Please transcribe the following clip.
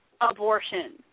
abortion